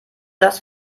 das